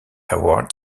award